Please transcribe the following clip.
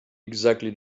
exactly